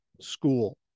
school